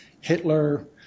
Hitler